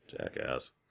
Jackass